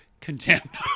contempt